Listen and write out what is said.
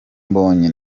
mbonyi